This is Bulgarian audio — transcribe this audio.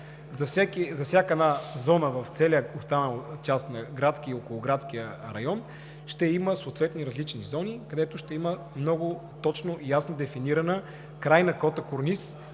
За всяка една зона в цялата част на градския и околоградския район ще има съответно различни зони, където ще има много точно и ясно дефиниран край на кота корниз,